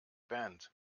band